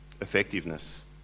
effectiveness